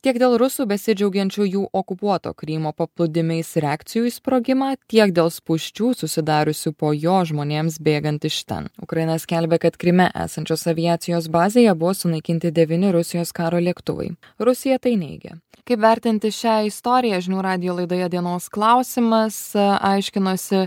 tiek dėl rusų besidžiaugiančiųjų okupuoto krymo paplūdimiais reakcijų į sprogimą tiek dėl spūsčių susidariusių po jo žmonėms bėgant iš ten ukraina skelbia kad kryme esančios aviacijos bazėje buvo sunaikinti devyni rusijos karo lėktuvai rusija tai neigia kaip vertinti šią istoriją žinių radijo laidoje dienos klausimas aiškinosi